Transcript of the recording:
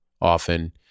often